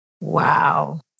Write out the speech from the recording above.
Wow